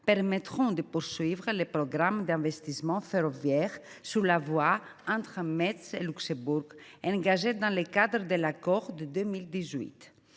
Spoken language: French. permettront de poursuivre le programme d’investissements ferroviaires sur la voie entre Metz et Luxembourg, engagé dans le cadre de l’accord de 2018.